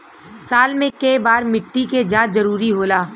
साल में केय बार मिट्टी के जाँच जरूरी होला?